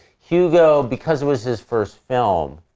hugo, because it was his first film,